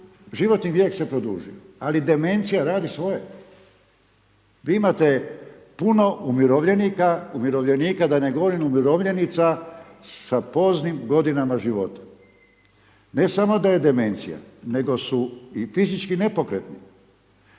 životni vijek se produžio ali demencija radi svoje. Vi imate puno umirovljenika da ne govorim umirovljenica sa poznim godinama života. Ne samo da je demencija, nego su i fizički nepokretni.